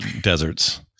deserts